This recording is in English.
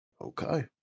Okay